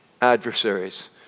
adversaries